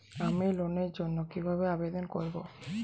আমি লোনের জন্য কিভাবে আবেদন করব?